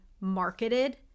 marketed